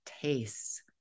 tastes